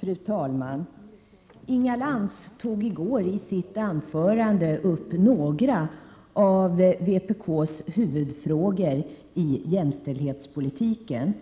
Fru talman! Inga Lantz tog i går i sitt anförande upp några av vpk:s huvudfrågor i jämställdhetspolitiken.